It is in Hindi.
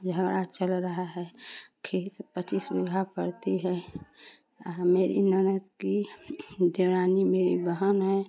झगड़ा चल रहा है खेत पचीस बिगहा पड़ती है आ मेरी ननद की देवरानी मेरी बहन है